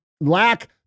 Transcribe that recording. lack